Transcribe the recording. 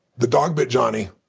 the dog bit johnny.